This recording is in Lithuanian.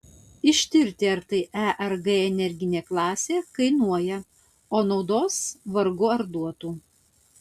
ištirti ar tai e ar g energinė klasė kainuoja o naudos vargu ar duotų